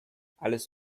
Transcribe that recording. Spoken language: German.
alles